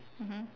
mmhmm